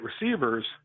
receivers